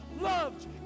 loved